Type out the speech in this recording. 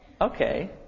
Okay